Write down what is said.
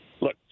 Look